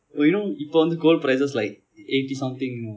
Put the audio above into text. oh you know இப்போ வந்து:ippo vanthu gold prices like eighty something